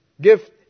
gift